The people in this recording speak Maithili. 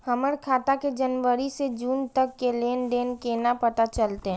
हमर खाता के जनवरी से जून तक के लेन देन केना पता चलते?